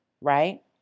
right